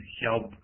help